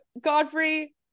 Godfrey